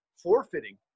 forfeiting